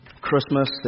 Christmas